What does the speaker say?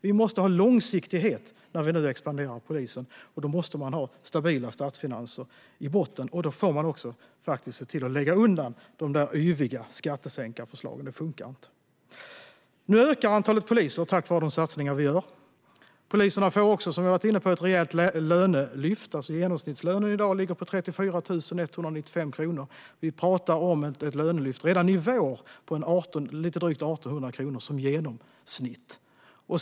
Vi måste ha långsiktighet när vi nu expanderar polisen. Då måste man ha stabila statsfinanser i botten, och då får man faktiskt också se till att lägga undan de yviga skattesänkarförslagen, för det funkar inte annars. Nu ökar antalet poliser tack vare de satsningar vi gör. Poliserna får också, som vi har varit inne på, ett rejält lönelyft. Genomsnittslönen i dag ligger på 34 195 kronor. Vi pratar om ett lönelyft på lite drygt 1 800 kronor i genomsnitt redan i vår.